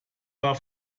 war